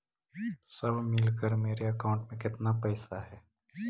सब मिलकर मेरे अकाउंट में केतना पैसा है?